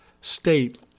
state